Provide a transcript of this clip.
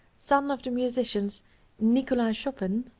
son of the musicians nicolai choppen,